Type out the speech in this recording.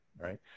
right